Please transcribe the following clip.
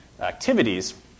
activities